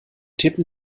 tippen